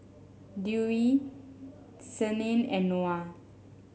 Dewi Senin and Noah